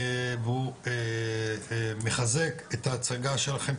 והוא מחזק את ההצגה שלכם,